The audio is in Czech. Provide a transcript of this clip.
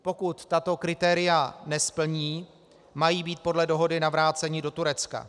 Pokud tato kritéria nesplní, mají být podle dohody navráceni do Turecka.